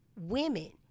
women